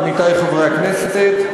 עמיתי חברי הכנסת,